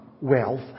wealth